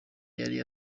yari